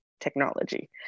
technology